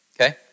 Okay